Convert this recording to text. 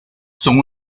son